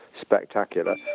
spectacular